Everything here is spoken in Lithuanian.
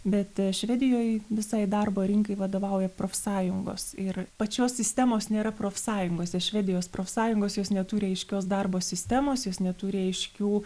bet švedijoj visai darbo rinkai vadovauja profsąjungos ir pačios sistemos nėra profsąjungose švedijos profsąjungos jos neturi aiškios darbo sistemos jos neturi aiškių